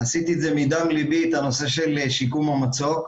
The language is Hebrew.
עשיתי את זה מדם ליבי, את הנושא של שיקום המצוק.